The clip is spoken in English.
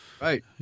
Right